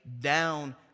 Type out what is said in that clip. down